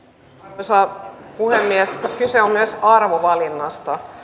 arvoisa puhemies kyse on myös arvovalinnasta